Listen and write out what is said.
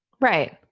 Right